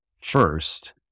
first